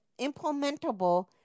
implementable